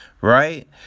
Right